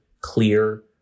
clear